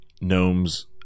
gnomes